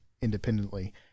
independently